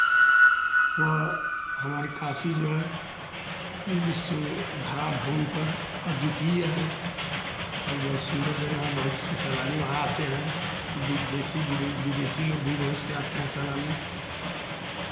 वह हमारी काशी जो है इस धरा भूमि पर अद्वितीय है और बहुत सुंदर जगह है बहुत से सैलानी वहाँ आते हैं विदेशी विदे विदेशी लोग भी बहुत से आते हैं सैलानी